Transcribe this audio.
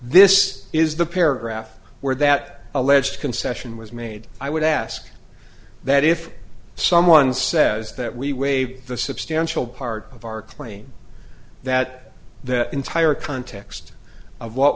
this is the paragraph where that alleged concession was made i would ask that if someone says that we waive the substantial part of our claim that the entire context of what